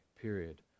period